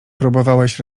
próbowałeś